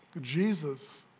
Jesus